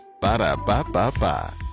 Ba-da-ba-ba-ba